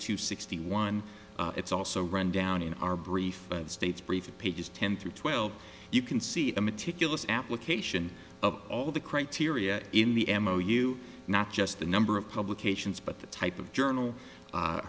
wo sixty one it's also run down in our brief states brief pages ten through twelve you can see a meticulous application of all the criteria in the m o u not just the number of publications but the type of journal